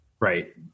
Right